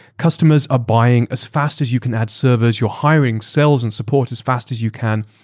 customers are buying as fast as you can add servers, you're hiring cells and support as fast as you can,